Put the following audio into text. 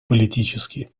политически